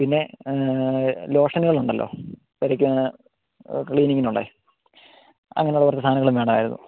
പിന്നെ ലോഷനുകൾ ഉണ്ടല്ലൊ എടക്ക് ക്ലീനിങ്ങിന് ഉള്ള അങ്ങനെ ഉള്ള കുറച്ച് സാധനങ്ങളും വേണമായിരുന്നു